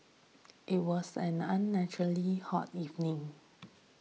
it was an unnaturally hot evening